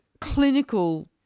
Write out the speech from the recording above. clinical